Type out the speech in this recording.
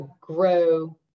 grow